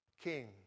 King